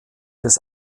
des